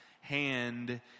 hand